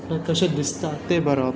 आपल्याक कशें दिसता तें बरोवप